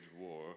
war